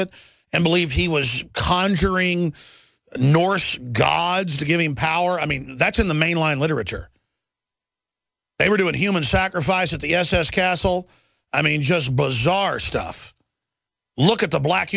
it and believed he was conjuring norse gods to give him power i mean that's in the mainline literature they were doing human sacrifice at the s s castle i mean just bizarre stuff look at the black